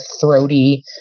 throaty